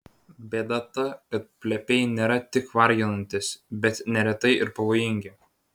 bėda ta kad plepiai nėra tik varginantys bet neretai ir pavojingi